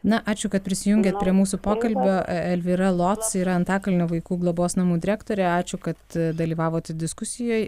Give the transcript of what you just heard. na ačiū kad prisijungėt prie mūsų pokalbio elvyra lotc yra antakalnio vaikų globos namų direktorė ačiū kad e dalyvavot diskusijoj